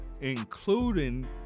including